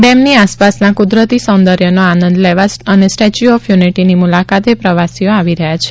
ડેમની આસપાસના કુદરતી સોંદર્યનો આનંદ લેવા અને સ્ટેચ્યૂ ઓફ યુનિટીની મુલાકાતે પ્રવાસીઓ આવી રહ્યા છે